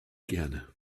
gerne